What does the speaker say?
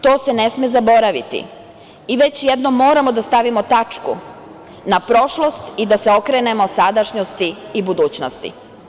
To se ne sme zaboraviti i već jednom moramo da stavimo tačku na prošlost i da se okrenemo sadašnjosti i budućnosti.